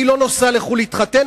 אני לא נוסע לחו"ל להתחתן,